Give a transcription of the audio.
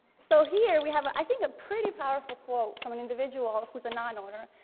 so here, we have, i think, a pretty powerful quote from an individual who's a non-owner.